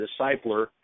discipler